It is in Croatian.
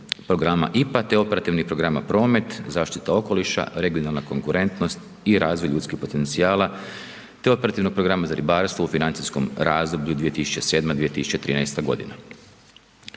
se ne razumije/…programa promet, zaštita okoliša, regionalna konkurentnost i razvoj ljudskih potencijala, te operativnog programa za ribarstvo u financijskom razdoblju 2007.-2013.g.